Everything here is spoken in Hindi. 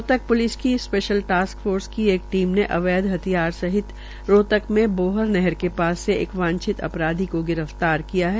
रोहतक प्लिस ने स्पैशल टास्क् फोर्स की एक टीम ने अवैध हथियार सहित रोहतक में बोहर नहर के पास एक वांछित अपराधी को गिरफ्तार किया है